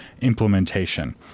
implementation